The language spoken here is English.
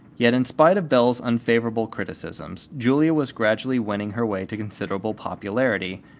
yet in spite of belle's unfavorable criticisms, julia was gradually winning her way to considerable popularity,